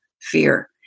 fear